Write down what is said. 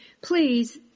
please